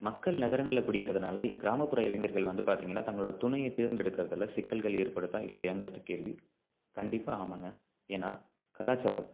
மக்கள் நகரங்களில் குடியேறுறதனால இக்கிராமப்புற இளைஞர்கள் வந்து பார்த்திங்கன்னா தங்களோட துணையை தேர்ந்தெடுக்கிறதுல சிக்கல்கள் ஏற்படுதாக இல்லையாங்கிறது கேள்வி கண்டிப்பாக ஆமாம்ங்க ஏன்னா கலாச்சாரம்